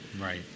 right